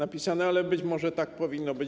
Ale być może tak powinno być.